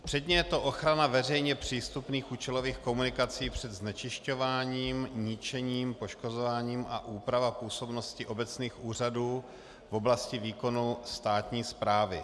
Předně je to ochrana veřejně přístupných účelových komunikací před znečišťováním, ničením, poškozováním a úprava působnosti obecních úřadů v oblasti výkonu státní správy.